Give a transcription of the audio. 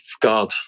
God